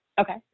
Okay